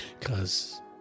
cause